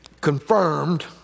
confirmed